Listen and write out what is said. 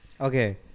Okay